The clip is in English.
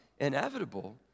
inevitable